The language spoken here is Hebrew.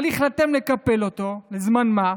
אבל החלטתם לקפל אותו, לזמן מה,